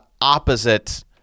opposite